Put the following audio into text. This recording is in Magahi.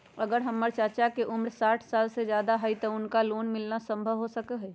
अगर हमर चाचा के उम्र साठ साल से जादे हइ तो उनका लोन मिलना संभव हो सको हइ?